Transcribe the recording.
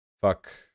fuck